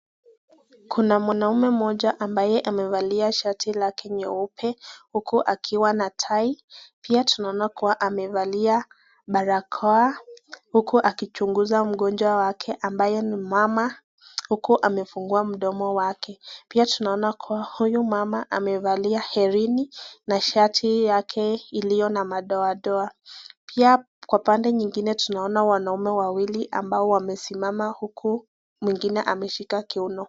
Kuna mwanaume mmoja ambaye amevalia shati lake nyeupe uku akiwa na tai. Pia tunaona ako amevalia barakoa, uku akichunguza mgonjwa wake ambaye ni mama, uku amefungua mdomo wake, pia tunaona huyu mama amevalia herini na shati yake iliyo na madoadoa, pia kwa pande nyingine tunaona wanaume wawili ambao wamesimama uku mwingine akiwa ameshia kiuno.